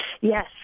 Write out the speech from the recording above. Yes